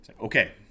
Okay